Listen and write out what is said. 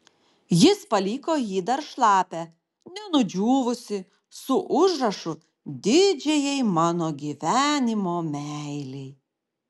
jis paliko jį dar šlapią nenudžiūvusį su užrašu didžiajai mano gyvenimo meilei